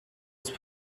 ist